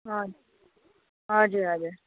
हजुर हजुर हजुर